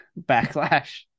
backlash